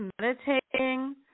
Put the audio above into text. meditating